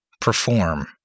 perform